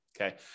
okay